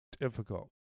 difficult